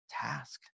task